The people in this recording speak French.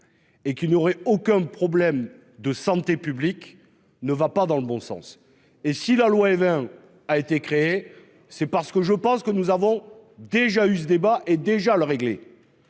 Et qui n'aurait aucun problème de santé publique ne va pas dans le bon sens et si la loi Évin a été créé, c'est parce que je pense que nous avons déjà eu ce débat est déjà le régler.